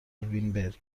وینبرگ